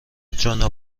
جانا